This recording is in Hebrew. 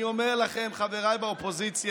אני אומר לכם, חבריי באופוזיציה,